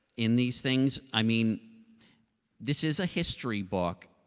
in these things. i mean this is a history book,